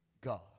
God